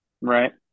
Right